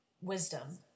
wisdom